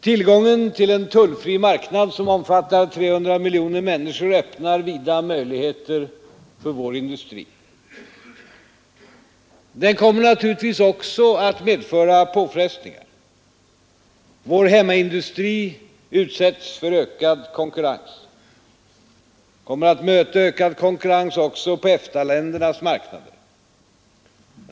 Tillgången till en tullfri marknad som omfattar 300 miljoner människor öppnar vida möjligheter för vår industri. Den kommer naturligtvis också att medföra påfrestningar. Vår hemmaindustri utsätts för ökad konkurrens. Den kommer att möta ökad konkurrens också på EFTA-ländernas marknader.